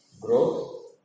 growth